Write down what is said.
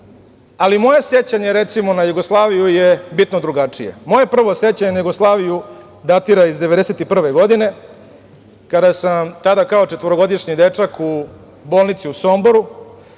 moja sećanja, recimo na Jugoslaviju je bitno drugačije. Moje prvo sećanje na Jugoslaviju datira iz 1991. godine kada sam tada kao četvorogodišnji dečak u bolnici u Somboru